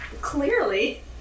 Clearly